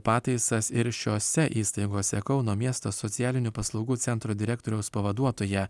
pataisas ir šiose įstaigose kauno miesto socialinių paslaugų centro direktoriaus pavaduotoja